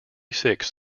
six